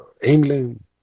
England